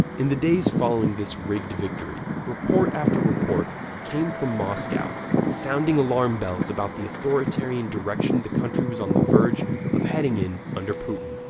in the days following this rigged victory, report after report came from moscow sounding alarm bells about the authoritarian direction the country was on the verge of heading in under putin.